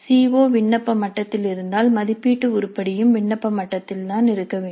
சீ O விண்ணப்ப மட்டத்தில் இருந்தால் மதிப்பீட்டு உருப்படியும் விண்ணப்ப மட்டத்தில் இருக்க வேண்டும்